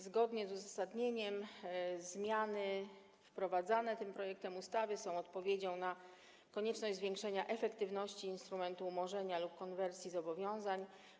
Zgodnie z uzasadnieniem zmiany wprowadzane tym projektem ustawy są odpowiedzią na konieczność zwiększenia efektywności instrumentu umorzenia lub konwersji zobowiązań.